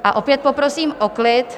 A opět poprosím o klid.